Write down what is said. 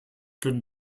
können